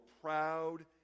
proud